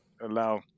allow